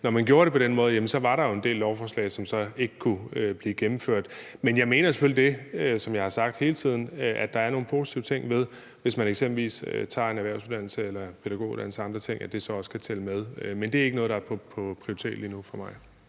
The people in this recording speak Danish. når man gjorde det på den måde, var der jo en del lovforslag, som så ikke kunne blive gennemført. Men jeg mener selvfølgelig det, som jeg har sagt hele tiden, nemlig at der er nogle positive ting ved det, hvis man eksempelvis tager en erhvervsuddannelse, pædagoguddannelse eller en anden uddannelse, og at det så også skal tælle med. Men det er ikke noget, der er en prioritet for mig